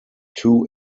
two